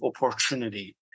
opportunity